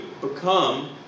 become